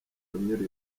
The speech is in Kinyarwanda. kunyura